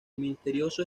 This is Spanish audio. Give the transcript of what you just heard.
misterioso